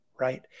right